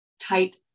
tight